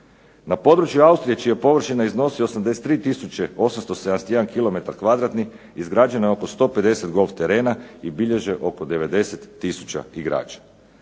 Na području Austrije čija površina iznosi 83871 km2 izgrađeno je oko 150 golf terena i bilježe oko 90000 igrača.